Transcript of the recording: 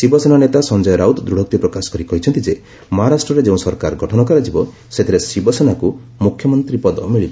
ଶିବସେନା ନେତା ସଞ୍ଜୟ ରାଉତ ଦୂଢ଼ୋକ୍ତି ପ୍ରକାଶ କରି କହିଛନ୍ତି ଯେ ମହାରାଷ୍ଟ୍ରରେ ଯେଉଁ ସରକାର ଗଠନ କରାଯିବ ସେଥିରେ ଶିବସେନାକୁ ମୁଖ୍ୟମନ୍ତ୍ରୀ ପଦ ମିଳିବ